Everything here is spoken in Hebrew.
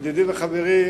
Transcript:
ידידי וחברי,